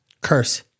curse